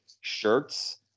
shirts